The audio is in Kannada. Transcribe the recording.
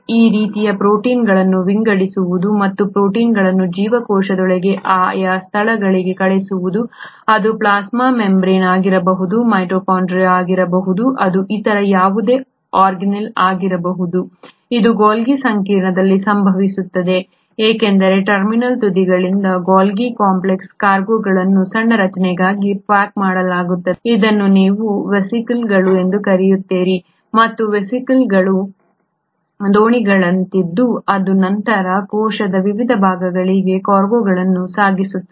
ಆ ರೀತಿಯ ಪ್ರೋಟೀನ್ಗಳನ್ನು ವಿಂಗಡಿಸುವುದು ಮತ್ತು ಪ್ರೋಟೀನ್ಗಳನ್ನು ಜೀವಕೋಶದೊಳಗೆ ಆಯಾ ಸ್ಥಳಗಳಿಗೆ ಕಳುಹಿಸುವುದು ಅದು ಪ್ಲಾಸ್ಮಾ ಮೆಂಬರೇನ್ ಆಗಿರಬಹುದು ಮೈಟೊಕಾಂಡ್ರಿಯಾ ಆಗಿರಬಹುದು ಅದು ಇತರ ಯಾವುದೇ ಆಗಿಗಿರಬಹುದು ಇದು ಗಾಲ್ಗಿ ಸಂಕೀರ್ಣದಲ್ಲಿ ಸಂಭವಿಸುತ್ತದೆ ಏಕೆಂದರೆ ಟರ್ಮಿನಲ್ ತುದಿಗಳಿಂದ ಗಾಲ್ಗಿ ಕಾಂಪ್ಲೆಕ್ಸ್ ಕಾರ್ಗೋಗಳನ್ನು ಸಣ್ಣ ರಚನೆಗಳಾಗಿ ಪ್ಯಾಕ್ ಮಾಡಲಾಗುತ್ತದೆ ಇದನ್ನು ನೀವು ವೇಸಿಕಲ್ಗಳು ಎಂದು ಕರೆಯುತ್ತೀರಿ ಮತ್ತು ಈ ವೇಸಿಕಲ್ಗಳು ದೋಣಿಗಳಂತಿದ್ದು ಅದು ನಂತರ ಕೋಶದ ವಿವಿಧ ಭಾಗಗಳಿಗೆ ಕಾರ್ಗೋ ಗಳನ್ನು ಸಾಗಿಸುತ್ತದೆ